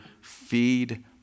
feed